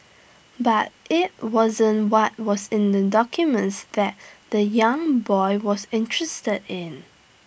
but IT wasn't what was in the documents that the young boy was interested in